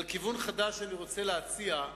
על כיוון חדש שאני רוצה להציע,